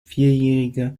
vierjährige